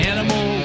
Animal